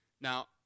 Now